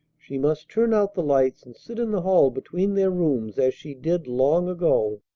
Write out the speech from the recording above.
she must turn out the lights, and sit in the hall between their rooms as she did long ago,